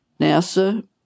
NASA